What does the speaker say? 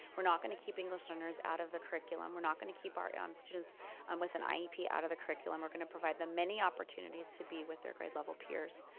we're not gonna keep english learners out of the curriculum. we're not gonna keep our um students um with an iep yeah out of the curriculum. we're gonna provide the many opportunities to be with their grade-level peers.